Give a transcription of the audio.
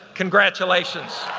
congratulations.